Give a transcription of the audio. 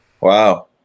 Wow